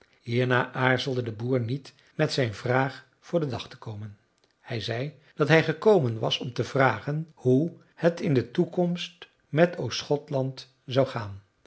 hierna aarzelde de boer niet met zijn vraag voor den dag te komen hij zei dat hij gekomen was om te vragen hoe het in de toekomst met oostgothland zou gaan